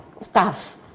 staff